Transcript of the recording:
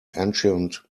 ancient